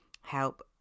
help